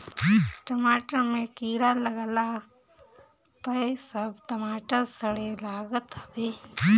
टमाटर में कीड़ा लागला पअ सब टमाटर सड़े लागत हवे